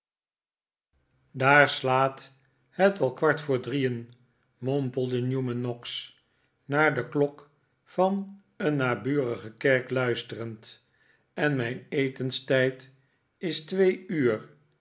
daar slaat het al kwart voor drieen mompelde newman noggs naar de klok van een naburige kerk luisterend en mijn etenstijd is twee uur